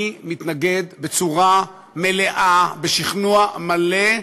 אני מתנגד בצורה מלאה, בשכנוע מלא,